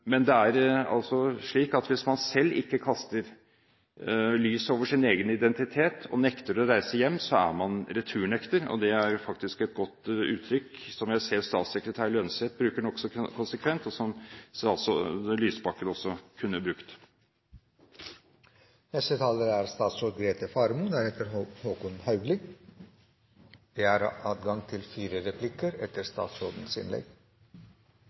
Men det er altså slik at hvis man ikke selv kaster lys over sin egen identitet og nekter å reise hjem, er man returnekter. Det er faktisk et godt uttrykk, som jeg ser statssekretær Lønseth bruker nokså konsekvent. Det synes jeg også godt statsråd Lysbakken kunne